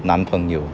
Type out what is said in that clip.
男朋友